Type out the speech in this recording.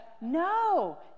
No